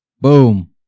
Boom